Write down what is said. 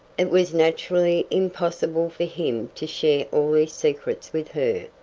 it was naturally impossible for him to share all his secrets with her,